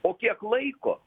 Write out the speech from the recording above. po kiek laiko